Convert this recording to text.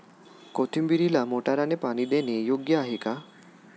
कोथिंबीरीला मोटारने पाणी देणे योग्य आहे का?